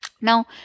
now